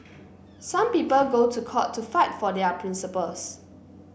some people go to court to fight for their principles